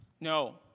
No